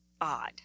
odd